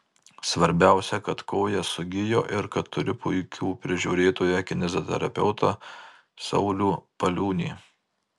svarbiausia kad koja sugijo ir kad turiu puikų prižiūrėtoją kineziterapeutą saulių paliūnį